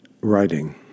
Writing